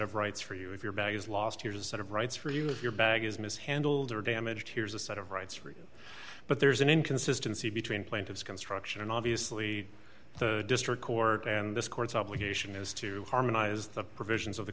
of rights for you if your bag is lost here's a set of rights for you if your bag is mishandled or damaged here's a set of rights but there's an inconsistency between plaintiffs construction and obviously the district court and this court's obligation is to harmonize the provisions of the